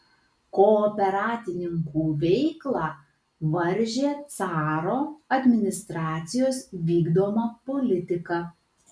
kooperatininkų veiklą varžė caro administracijos vykdoma politika